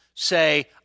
say